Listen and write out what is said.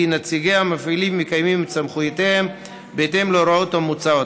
נציגי המפעילים מקיימים את סמכויותיהם בהתאם להוראות המוצעות.